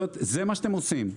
זה מה שאתם עושים.